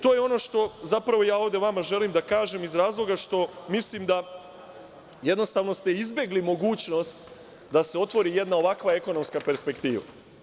To je ono što zapravo ja ovde vama želim da kažem iz razloga što mislim da ste izbegli mogućnost da se otvori jedna ovakva ekonomska perspektiva.